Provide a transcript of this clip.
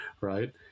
right